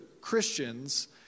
Christians